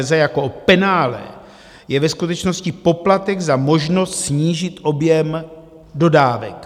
cz jako o penále, je ve skutečnosti poplatek za možnost snížit objem dodávek.